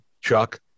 Chuck